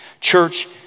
Church